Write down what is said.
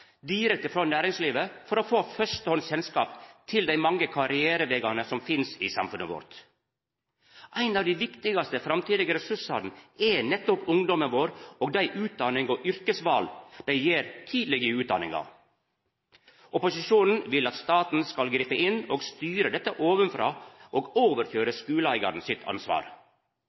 direkte frå næringslivet for å få førstehands kjennskap til dei mange karrierevegane som finst i samfunnet vårt. Ein av dei viktigaste framtidige ressursane er nettopp ungdommen vår og dei utdannings- og yrkesval dei gjer tidleg i utdanninga. Opposisjonen vil at staten skal gripa inn og styra dette ovanfrå og køyra over skuleeigaren sitt ansvar.